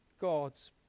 God's